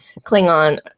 Klingon